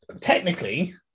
technically